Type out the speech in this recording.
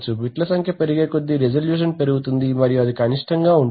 bits సంఖ్య పెరిగేకొద్దీ resolution పెరుగుతుంది మరియు ఇది కనిష్టంగా ఉంటుంది